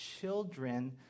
children